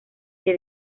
que